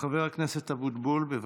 חבר הכנסת אבוטבול, בבקשה.